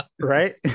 right